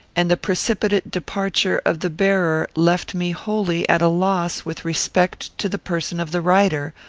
and the precipitate departure of the bearer left me wholly at a loss with respect to the person of the writer,